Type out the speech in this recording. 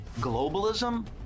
Globalism